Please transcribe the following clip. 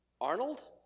Arnold